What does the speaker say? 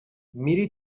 میری